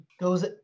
goes